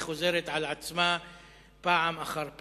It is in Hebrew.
היא חוזרת על עצמה פעם אחר פעם.